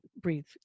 breathe